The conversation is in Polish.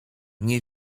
nie